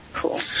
Cool